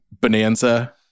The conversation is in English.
bonanza